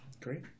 Great